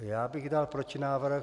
Já bych dal protinávrh.